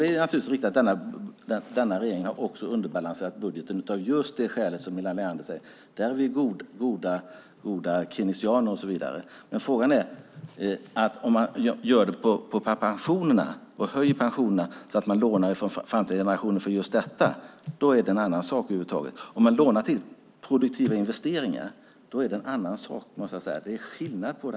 Det är helt riktigt att den nuvarande regeringen har en underbalanserad budget av just den anledning som Helena Leander nämnde; där är vi goda keynesianer. Men om man lånar till pensionerna, höjer pensionerna genom att låna av framtida generationer, är det en annan sak. Om man däremot lånar till produktiva investeringar är det skillnad.